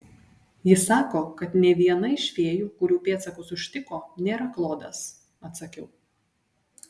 ji sako kad nė viena iš fėjų kurių pėdsakus užtiko nėra klodas atsakiau